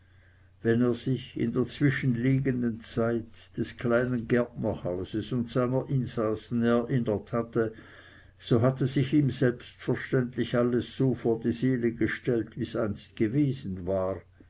wenn er sich in der zwischenliegenden zeit des kleinen gärtnerhauses und seiner insassen erinnert hatte so hatte sich ihm selbstverständlich alles so vor die seele gestellt wie's einst gewesen war